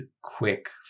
quick